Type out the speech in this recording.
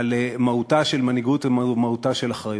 על מהותה של מנהיגות ומהותה של אחריות.